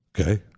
Okay